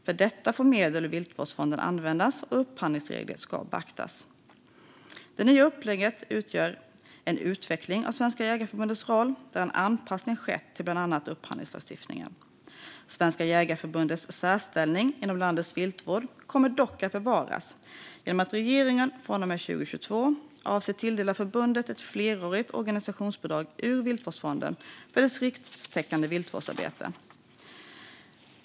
För detta får medel ur Viltvårdsfonden användas, och upphandlingsreglerna ska beaktas. Det nya upplägget utgör en utveckling av Svenska Jägareförbundets roll, där en anpassning skett till bland annat upphandlingslagstiftningen. Svenska Jägareförbundet särställning inom landets viltvård kommer dock att bevaras genom att regeringen från och med 2022 avser att tilldela förbundet ett flerårigt organisationsbidrag ur Viltvårdsfonden för dess rikstäckande viltvårdsarbete.